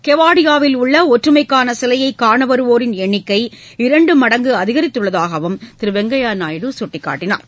கெவாடியாவில் உள்ள ஒற்றுமைக்கான சிலையை காண வருவோரின் எண்ணிக்கை இரண்டு மடங்கு அதிகரித்துள்ளதாகவும் திரு வெங்கய்ய நாயுடு சுட்டிக்காட்டினார்